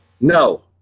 No